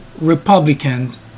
republicans